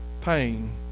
pain